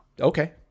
okay